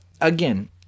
Again